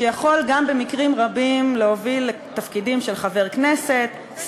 שיכול גם במקרים רבים להוביל לתפקידים של חבר כנסת,